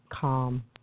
calm